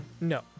No